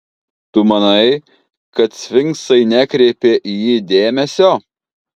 tu manai kad sfinksai nekreipia į jį dėmesio